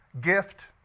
Gift